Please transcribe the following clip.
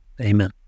Amen